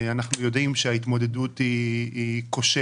אנחנו יודעים שההתמודדות היא כושלת.